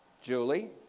Julie